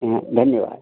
हाँ धन्यवाद